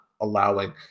allowing